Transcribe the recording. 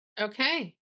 Okay